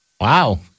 Wow